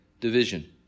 division